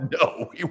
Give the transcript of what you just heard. No